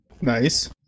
Nice